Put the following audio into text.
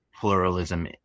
pluralism